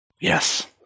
Yes